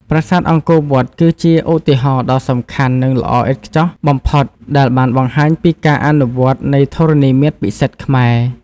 ប្រាសាទអង្គរវត្តគឺជាឧទាហរណ៍ដ៏សំខាន់និងល្អឥតខ្ចោះបំផុតដែលបានបង្ហាញពីការអនុវត្តនៃធរណីមាត្រពិសិដ្ឋខ្មែរ។